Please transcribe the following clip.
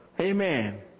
Amen